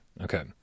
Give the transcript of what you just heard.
okay